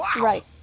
Right